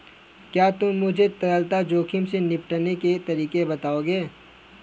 क्या तुम मुझे तरलता जोखिम से निपटने के तरीके बताओगे?